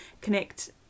connect